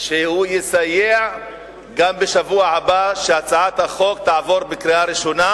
שהוא יסייע גם בשבוע הבא שהצעת החוק תעבור בקריאה ראשונה,